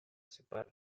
separa